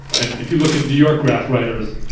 and if you look at new york graff writers,